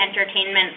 entertainment